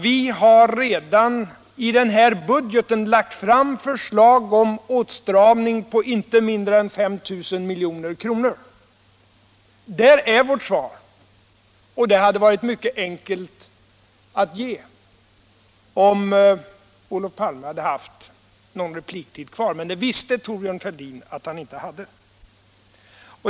Vi har redan i denna budget lagt fram förslag om åtstramning på 5 000 milj.kr. Där är vårt svar. Och det hade varit mycket enkelt för Olof Palme att ge det svaret, om han hade haft någon replikrätt kvar. Men det visste Thorbjörn Fälldin att han inte hade.